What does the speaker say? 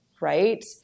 right